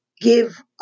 give